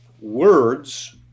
words